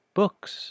books